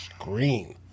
screen